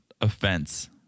offense